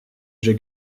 j’ai